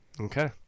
Okay